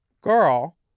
girl